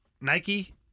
Nike